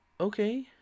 Okay